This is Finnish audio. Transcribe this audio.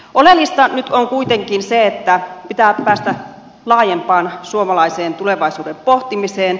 oleellista nyt on kuitenkin se että pitää päästä laajempaan suomalaiseen tulevaisuuden pohtimiseen